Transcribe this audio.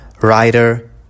writer